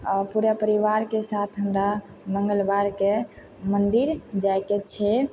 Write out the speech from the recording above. आओर पूरा परिवार के साथ हमरा मंगलवारके मन्दिर जायके छै